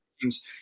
teams